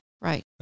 Right